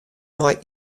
mei